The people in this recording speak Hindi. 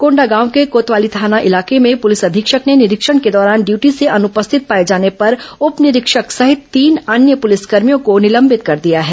कोंडागांव के कोतवाली थाना में प्रलिस अधीक्षक ने निरीक्षण के दौरान ड्यूटी से अनुपस्थित पाए जाने पर उप निरीक्षक सहित तीन अन्य पुलिसकर्मियों को निलंबित कर दिया है